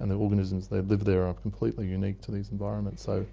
and the organisms that live there are completely unique to these environments, so